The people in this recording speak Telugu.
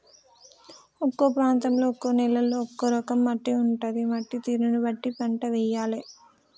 ఒక్కో ప్రాంతంలో ఒక్కో నేలలో ఒక్కో రకం మట్టి ఉంటది, మట్టి తీరును బట్టి పంట వేయాలే